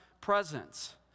presence